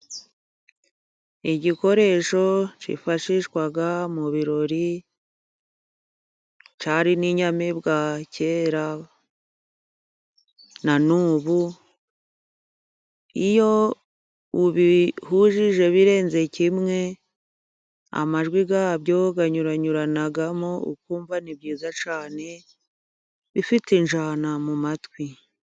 Igikoresho cyifashishwa mu birori cyari n'inyamibwa kera na n'ubu, iyo ubihuje birenze kimwe amajwi yabyo anyuranyuranamo, ukumva ni byiza cyane bifite injyana mu matwi.